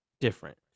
Different